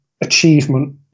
achievement